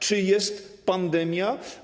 Czy jest pandemia?